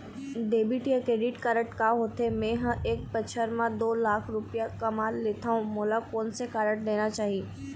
Debit या credit card का होथे, मे ह एक बछर म दो लाख रुपया कमा लेथव मोला कोन से कारड लेना चाही?